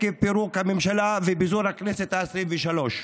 עקב פירוק הממשלה ופיזור הכנסת העשרים-ושלוש.